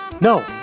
No